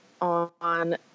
on